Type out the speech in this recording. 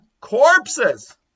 corpses